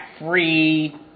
Free